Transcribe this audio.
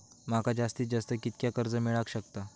माका जास्तीत जास्त कितक्या कर्ज मेलाक शकता?